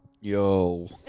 Yo